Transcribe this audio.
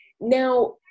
Now